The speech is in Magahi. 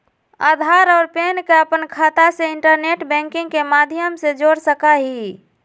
आधार और पैन के अपन खाता से इंटरनेट बैंकिंग के माध्यम से जोड़ सका हियी